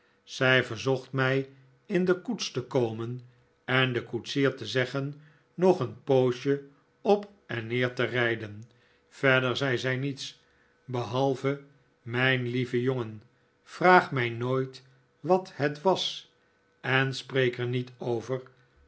zij verzocht mij in de koets te komen en den koetsier te zeggen nog een poosje op en neer te rijden verder zei zij niets behalve mijn lieve jongen vraag mij nooit wat het was en spreek er niet over